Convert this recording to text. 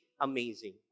amazing